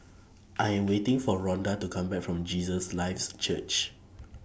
I Am waiting For Rhonda to Come Back from Jesus Lives Church